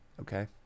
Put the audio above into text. okay